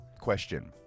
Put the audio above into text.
question